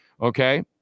okay